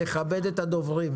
לכבד את הדוברים.